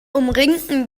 umringten